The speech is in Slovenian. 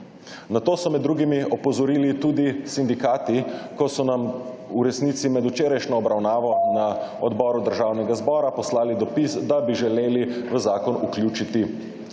Na to so med drugimi opozorili tudi sindikati, ko so nam v resnici med včerajšnjo obravnavo na odboru Državnega zbora poslali dopis, da bi želeli v zakon vključiti